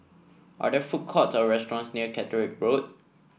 are there food court or restaurants near Catterick Road